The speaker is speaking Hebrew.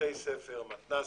בתי ספר, מתנ"סים,